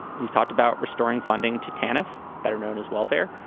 he's talked about restoring funding to tarnoff, better known as welfare,